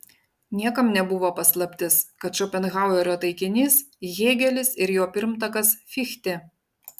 niekam nebuvo paslaptis kad šopenhauerio taikinys hėgelis ir jo pirmtakas fichtė